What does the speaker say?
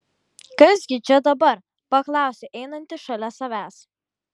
kas gi čia dabar paklausiau einantį šalia savęs